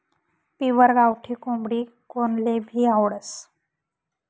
pure गावठी कोंबडी कोनलेभी आवडस